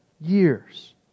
Years